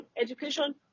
Education